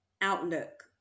outlook